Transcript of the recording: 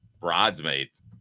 bridesmaids